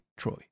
Troy